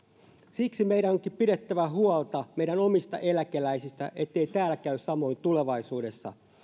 siksi meidän onkin pidettävä huolta meidän omista eläkeläisistä ettei täällä käy samoin tulevaisuudessa